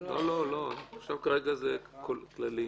לא, כרגע זה כללי.